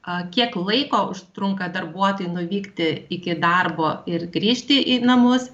a kiek laiko užtrunka darbuotojui nuvykti iki darbo ir grįžti į namus